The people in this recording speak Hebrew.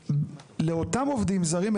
לאותם עובדים זרים,